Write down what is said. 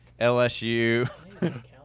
LSU